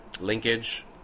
linkage